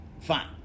fine